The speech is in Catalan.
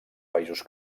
països